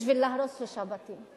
כדי להרוס שלושה בתים.